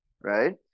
right